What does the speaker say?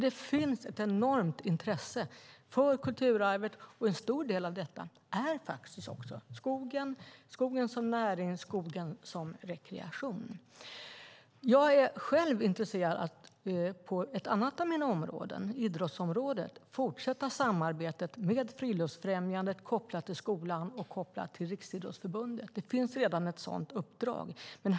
Det finns alltså ett enormt intresse för kulturarvet, och en stor del av detta är skogen, skogen som näring, skogen som rekreation. Jag är själv intresserad inom ett annat av mina ansvarsområden, idrottsområdet, av att fortsätta samarbetet med Friluftsfrämjandet kopplat till skolan och Riksidrottsförbundet. Det finns redan ett sådant uppdrag.